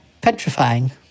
petrifying